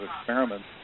experiments